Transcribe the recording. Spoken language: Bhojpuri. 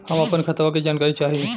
हम अपने खतवा क जानकारी चाही?